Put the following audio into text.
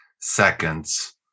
Seconds